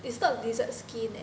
it's not lizard skin leh